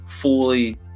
fully